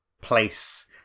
place